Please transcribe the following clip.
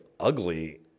ugly